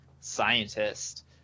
scientist